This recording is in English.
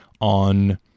on